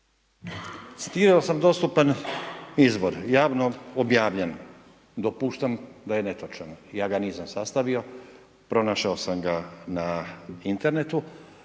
razumije./... dostupan izbor, javno objavljen, dopuštam da je netočan, ja ga nisam sastavio, pronašao sam ga na internetu,